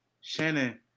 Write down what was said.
shannon